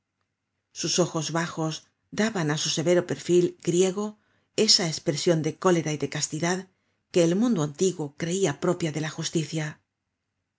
sus ojos bajos daban á su severo perfil griego esa espresion de cólera y de castidad que el mundo antiguo creia propia de la justicia